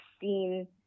seen